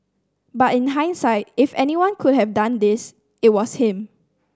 but in hindsight if anyone could have done this it was him